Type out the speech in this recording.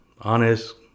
honest